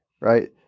Right